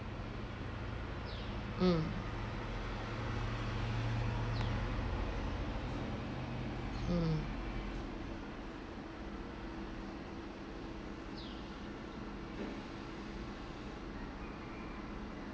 mm mm